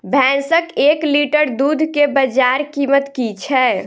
भैंसक एक लीटर दुध केँ बजार कीमत की छै?